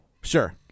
Sure